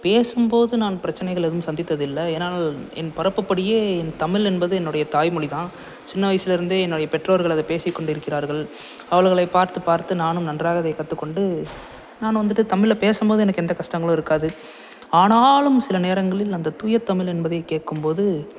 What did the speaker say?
பேசும் போது நான் பிரச்சனைகள் எதுவும் சந்தித்தது இல்லை ஏனால் என் பிறப்பு படியே என் தமிழ் என்பது என்னுடைய தாய்மொழி தான் சின்ன வயதுல இருந்தே என்னுடைய பெற்றோர்கள் அதை பேசிக்கொண்டு இருக்கிறார்கள் அவர்களை பார்த்து பார்த்து நானும் நன்றாக அதை கற்றுக்கொண்டு நான் வந்துட்டு தமிழ்ல பேசும் போது எனக்கு எந்த கஷ்டங்களும் இருக்காது ஆனாலும் சில நேரங்களில் அந்த தூய தமிழ் என்பதை கேட்கும் போது